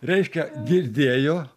reiškia girdėjo